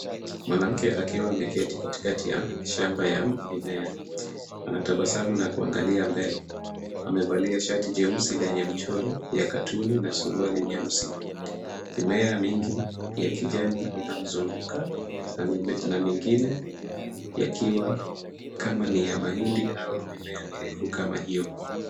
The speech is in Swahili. Mwanamke akiwa ameketi katikati ya shamba ya mimea. Anatabasamu na kuangalia mbele. Amevalia shati jeusi lenye mchoro ya katuni[cs[ na suruali nyeusi. Mimea mingi ya kijani inamzunguka na mingine yakiwa kama ni ya mahindi au mimea mirefu kama hiyo.